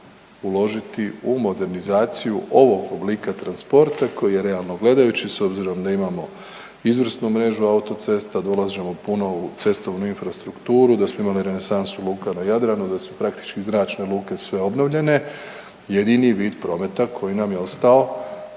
uložiti u modernizaciju ovog oblika transporta koji je realno gledajući s obzirom da imamo izvrsnu mrežu autocesta, da ulažemo puno u cestovnu infrastrukturu, da smo imali renesansu luka na Jadranu, da su praktički zračne luke sve obnovljene, jedini vid prometa koji nam je ostao,